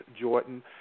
Jordan